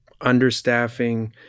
understaffing